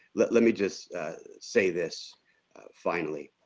let let me just say this finally.